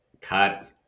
Cut